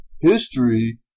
History